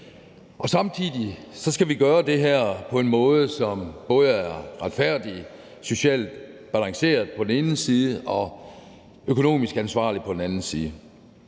Samtidig skal vi gøre det her på en måde, som både er retfærdig og socialt balanceret på den ene side og økonomisk ansvarlig på den anden side.